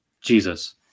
Jesus